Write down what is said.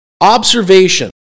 Observation